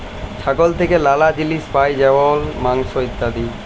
ছাগল থেক্যে লালা জিলিস পাই যেমল মাংস, ইত্যাদি